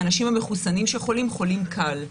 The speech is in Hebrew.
האנשים המחוסנים שחולים חולים קל,